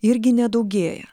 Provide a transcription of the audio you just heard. irgi nedaugėja